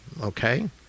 okay